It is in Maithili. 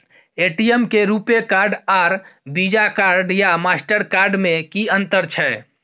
ए.टी.एम में रूपे कार्ड आर वीजा कार्ड या मास्टर कार्ड में कि अतंर छै?